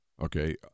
Okay